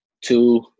two